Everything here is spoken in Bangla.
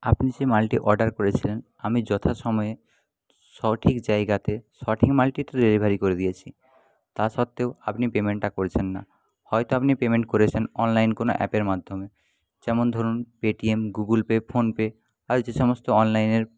আপনি যে মালটি অর্ডার করেছিলেন আমি যথা সময়ে সঠিক জায়গাতে সঠিক মালটি তো ডেলিভারি করে দিয়েছি তা সত্ত্বেও আপনি পেমেন্টটা করছেন না হয়তো আপনি পেমেন্ট করেছেন অনলাইন কোনো অ্যাপের মাধ্যমে যেমন ধরুন পেটিএম গুগলপে ফোনপে আর যে সমস্ত অনলাইনের